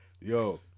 Yo